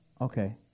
Okay